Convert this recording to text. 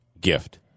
gift